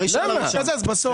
ואז ישלימו להם בסוף.